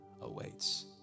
awaits